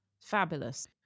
Fabulous